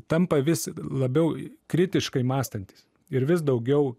tampa vis labiau kritiškai mąstantys ir vis daugiau